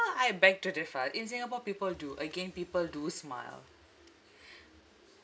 ah I beg to differ in singapore people do again people do smile